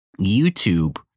YouTube